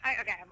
okay